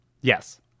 Yes